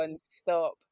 stop